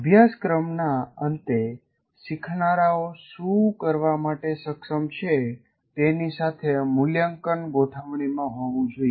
અભ્યાસક્રમના અંતે શીખનારાઓ શું કરવા માટે સક્ષમ છે તેની સાથે મૂલ્યાંકન ગોઠવણીમાં હોવું જોઈએ